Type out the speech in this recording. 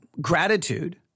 Gratitude